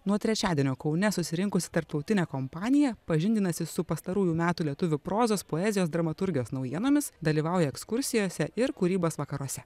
nuo trečiadienio kaune susirinkusi tarptautinė kompanija pažindinasi su pastarųjų metų lietuvių prozos poezijos dramaturgijos naujienomis dalyvauja ekskursijose ir kūrybos vakaruose